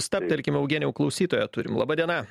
stabtelkim eugenijau klausytoją turime laba diena